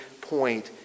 point